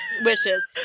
wishes